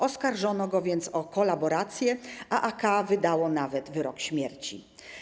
Oskarżono go więc o kolaborację, a AK wydało nawet wyrok śmierci.